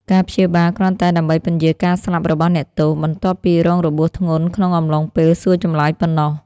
ការព្យាបាលគ្រាន់តែដើម្បីពន្យារការស្លាប់របស់អ្នកទោស បន្ទាប់ពីរងរបួសធ្ងន់ក្នុងអំឡុងពេលសួរចម្លើយប៉ុណ្ណោះ ។